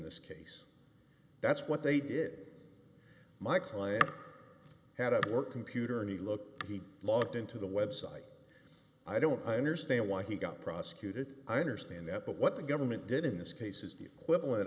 this case that's what they did my client had a work computer and he looked he logged into the website i don't understand why he got prosecuted i understand that but what the government did in this case is the equivalent